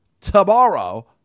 tomorrow